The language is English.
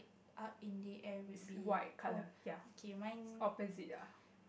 up in the air will be oh okay mine